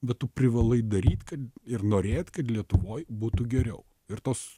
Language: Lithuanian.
bet tu privalai daryti kad ir norėt kad lietuvoje būtų geriau ir tos